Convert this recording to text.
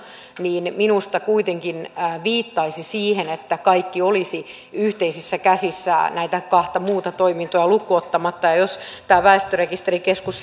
minusta kuitenkin viittaisi siihen että kaikki olisi yhteisissä käsissä näitä kahta muuta toimintoa lukuun ottamatta jos väestörekisterikeskus